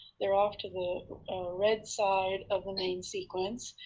they're off to the red side of the main sequence,